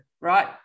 right